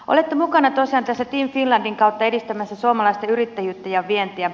olette mukana tosiaan team finlandin kautta edistämässä suomalaista yrittäjyyttä ja vientiä